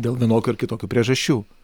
dėl vienokių ar kitokių priežasčių